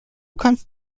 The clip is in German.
kannst